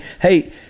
Hey